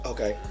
Okay